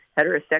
heterosexual